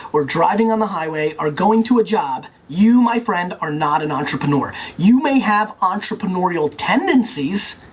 or driving on the highway, are going to a job, you, my friend, are not an entrepreneur. you may have entrepreneurial tendencies,